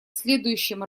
следующем